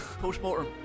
Post-mortem